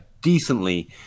decently